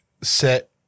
set